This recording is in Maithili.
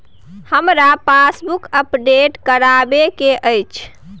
हमरा पासबुक अपडेट करैबे के अएछ?